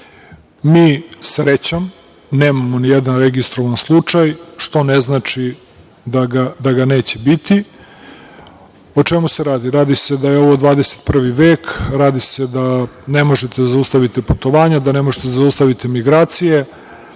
srećom nemamo ni jedan registrovan slučaj, što ne znači da ga neće biti. O čemu se radi? Radi se da je ovo 21. vek, radi se da ne možete da zaustavite putovanja, da ne možete da zaustavite migracije,